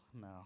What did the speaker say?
no